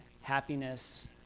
happiness